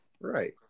right